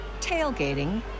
tailgating